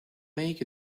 make